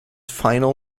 final